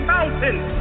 Mountains